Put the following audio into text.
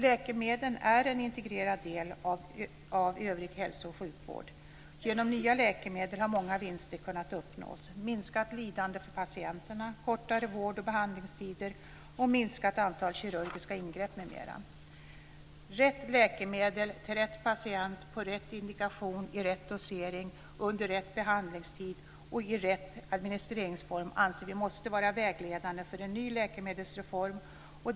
Läkemedel är en integrerad del av övrig hälsooch sjukvård. Genom nya läkemedel har många vinster kunnat uppnås: minskat lidande för patienterna, kortare vård och behandlingstider och minskat antal kirurgiska ingrepp, m.m. Rätt läkemedel till rätt patient på rätt indikation i rätt dosering under rätt behandlingstid och i rätt administreringsform anser vi måste vara vägledande för en ny läkemedelsreform.